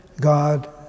God